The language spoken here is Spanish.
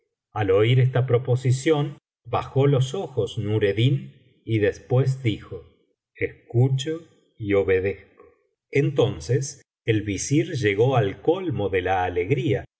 al oír esta proposición bajó los ojos nureddin y después dijo escucho y obedezco entonces el visir llegó al colmo ele la alegría